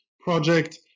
project